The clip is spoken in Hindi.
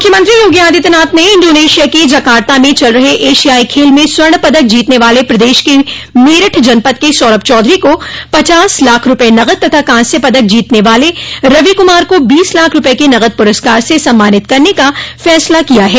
मुख्यमंत्री योगी आदित्यनाथ ने इंडोनेशिया के जकाता में चल रहे एशियाई खेल में स्वर्ण पदक जीतने वाले प्रदेश के मेरठ जनपद के सौरभ चौधरी को पचास लाख रूपये नकद तथा कांस्य पदक जीतने वाले रवि कुमार को बीस लाख रूपये के नकद पुरस्कार से सम्मानित करने का फैसला किया है